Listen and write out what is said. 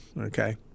Okay